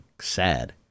sad